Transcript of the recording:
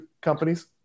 companies